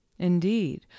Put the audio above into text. Indeed